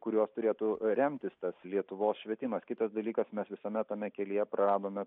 kuriuos turėtų remtis tos lietuvos švietimas kitas dalykas mes visame tame kelyje praradome